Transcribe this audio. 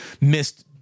missed